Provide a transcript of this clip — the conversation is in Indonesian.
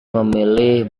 memilih